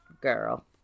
girl